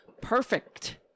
Perfect